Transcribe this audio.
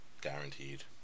guaranteed